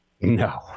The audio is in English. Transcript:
No